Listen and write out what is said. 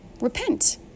repent